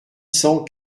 cent